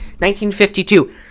1952